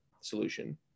solution